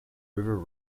river